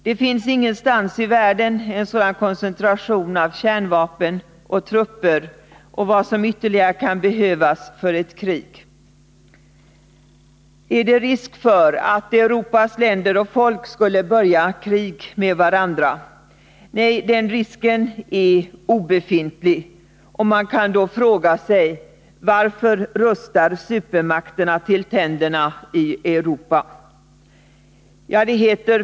Det finns ingenstans i världen en sådan koncentration av kärnvapen och trupper och vad som ytterligare kan behövas för ett krig. Är det risk för att Europas länder och folk skall börja krig med varandra? Nej, den risken är obefintlig. Man kan då fråga sig: Varför rustar sig supermakterna till tänderna i Europa?